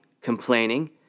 complaining